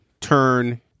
turn